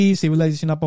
civilization